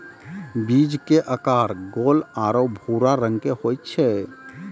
बीज के आकार गोल आरो भूरा रंग के होय छै